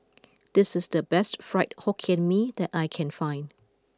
this is the best Fried Hokkien Mee that I can find